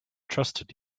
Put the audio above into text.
trusted